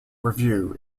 review